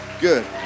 good